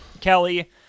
kelly